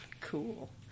Cool